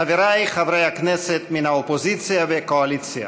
חבריי חברי הכנסת מן האופוזיציה והקואליציה